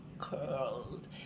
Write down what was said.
curled